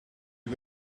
you